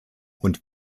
und